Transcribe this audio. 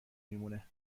میمونه